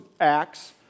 acts